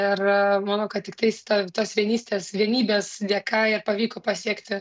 ir manau kad tiktais to tos vienystės vienybės dėka ir pavyko pasiekti